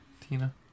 Tina